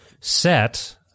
set